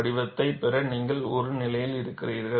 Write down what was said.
வடிவத்தைப் பெற நீங்கள் ஒரு நிலையில் இருக்கிறீர்கள்